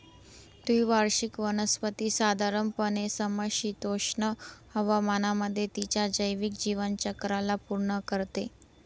द्विवार्षिक वनस्पती साधारणपणे समशीतोष्ण हवामानामध्ये तिच्या जैविक जीवनचक्राला पूर्ण करते